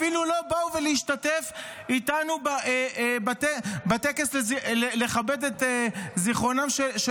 אפילו לא באו להשתתף איתנו בטקס לכבד את זכרם של